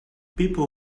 people